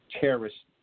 terrorist